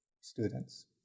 students